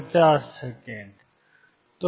ψ है